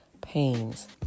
pains